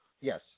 Yes